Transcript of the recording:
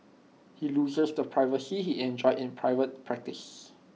he loses the privacy he enjoyed in private practice